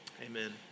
Amen